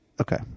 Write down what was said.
Okay